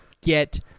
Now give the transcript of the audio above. get